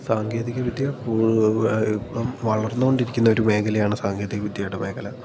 സാങ്കേതികവിദ്യ ഇപ്പം വളർന്നുകൊണ്ടിരിക്കുന്ന ഒരു മേഘലയാണ് സാങ്കേതികവിദ്യയുടെ മേഘല